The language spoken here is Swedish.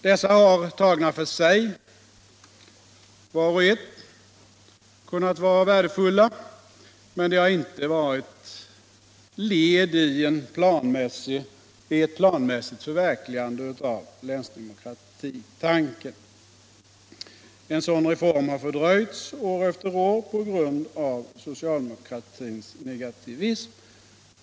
Dessa har tagna var och en för sig kunnat vara värdefulla, men de har inte varit led i ett planmässigt förverkligande av länsdemokratitanken. En sådan reform har fördröjts år efter år på grund av socialdemokratins negativism.